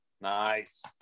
Nice